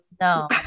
No